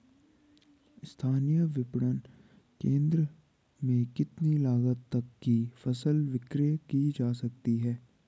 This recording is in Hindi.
स्थानीय विपणन केंद्र में कितनी लागत तक कि फसल विक्रय जा सकती है?